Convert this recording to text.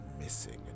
missing